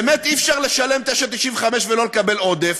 באמת אי-אפשר לשלם 9.95 ולא לקבל עודף,